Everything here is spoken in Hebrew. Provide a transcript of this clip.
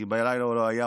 כי בלילה הוא לא היה,